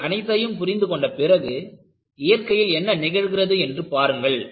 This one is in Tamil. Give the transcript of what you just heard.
இவை அனைத்தையும் புரிந்து கொண்ட பிறகு இயற்கையில் என்ன நிகழ்கிறது என்று பாருங்கள்